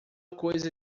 coisa